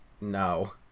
No